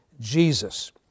Jesus